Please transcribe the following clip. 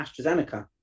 AstraZeneca